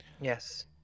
Yes